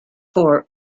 for